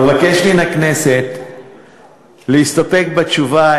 אבקש מן הכנסת להסתפק בתשובה,